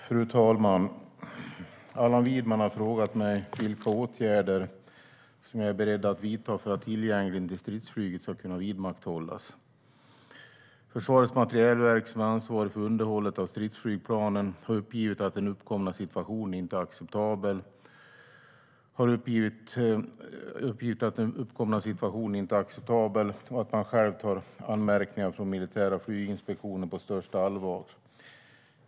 Fru talman! Allan Widman har frågat mig vilka omedelbara åtgärder jag är beredd att vidta för att tillgängligheten till stridsflyget ska kunna vidmakthållas. Försvarets materielverk, som är ansvarigt för underhållet av stridsflygplanen, har uppgivit att den uppkomna situationen inte är acceptabel och att man självklart tar anmärkningar från militära flyginspektionen på största allvar.